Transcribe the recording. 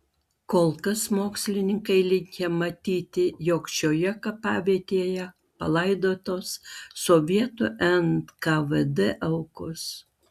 kol kas mokslininkai linkę matyti jog šioje kapavietėje palaidotos sovietų nkvd aukos